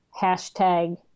hashtag